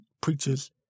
preachers